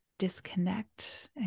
Disconnect